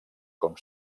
com